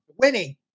Winning